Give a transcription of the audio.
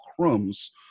crumbs